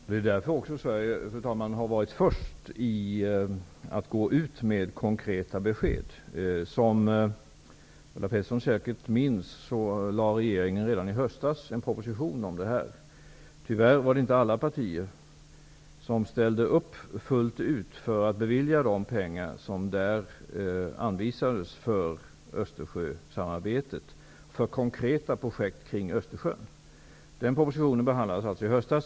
Fru talman! Det är därför som Sverige har varit först med att gå ut med konkreta besked. Såsom Ulla Pettersson säkert minns lade regeringen redan i höstas fram en proposition härom. Tyvärr ställde inte alla partier fullt ut upp genom att bevilja de pengar som i propositionen anvisades för konkreta projekt för ett Östersjösamarbete. Den propositionen behandlades i höstas.